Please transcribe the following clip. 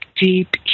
deep